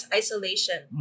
isolation